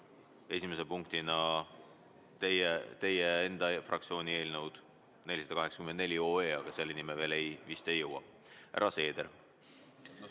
esimese punktina teie enda fraktsiooni eelnõu 484, aga selleni me vist veel ei jõua. Härra Seeder.